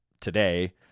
today